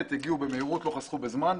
הם אכן הגיעו במהירות, לא חסכו בזמן.